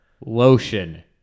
lotion